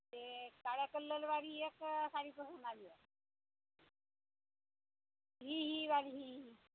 ते काळ्या कललवाली एक साडी पसंत आली आहे ही ही वाली ही ही